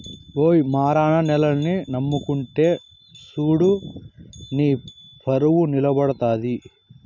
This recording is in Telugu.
ఓయి మారన్న నేలని నమ్ముకుంటే సూడు నీపరువు నిలబడతది